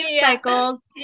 cycles